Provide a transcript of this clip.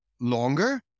longer